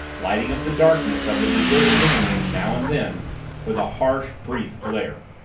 lighting up the darkness of the deserted living-room now and then with a harsh, brief glare.